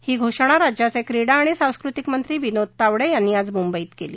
ही घोषणा राज्याचे क्रीडा आणि सांस्कृतिक मंत्री विनोद तावडे यांनी आज मुंबईत केली